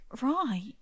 right